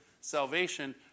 salvation